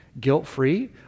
guilt-free